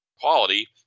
quality